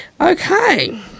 Okay